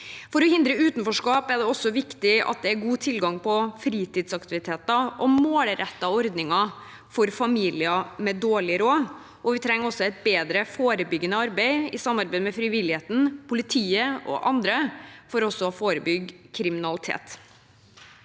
For å hindre utenforskap er det også viktig at det er god tilgang på fritidsaktiviteter og målrettede ordninger for familier med dårlig råd, og vi trenger også et bedre forebyggende arbeid i samarbeid med frivilligheten, politiet og andre for å forebygge kriminalitet.